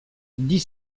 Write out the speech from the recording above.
dix